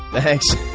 thanks.